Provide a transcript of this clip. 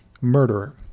Murderer